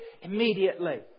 immediately